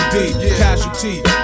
Casualty